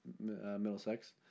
Middlesex